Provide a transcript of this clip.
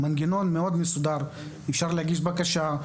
זהו מנגנון מאוד מסודר; אפשר להגיש בקשה,